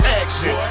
action